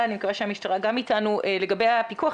משרד הבריאות